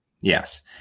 yes